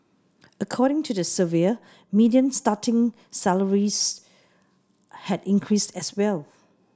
according to the survey median starting salaries had increased as well